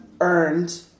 earned